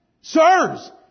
Sirs